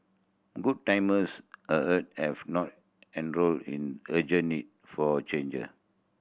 good times ahead have not eroded in urgent need for change